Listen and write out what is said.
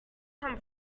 come